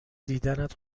دیدنت